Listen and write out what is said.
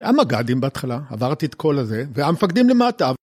היה מג"דים בהתחלה, עברתי את כל הזה, והמפקדים למטה...